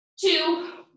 two